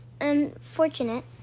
unfortunate